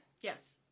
Yes